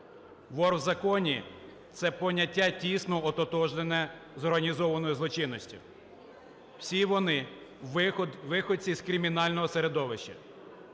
"Вор в законі" – це поняття тісно ототожнене з організованою злочинністю. Всі вони – вихідці з кримінального середовища.